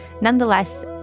Nonetheless